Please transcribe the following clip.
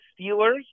Steelers